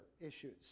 issues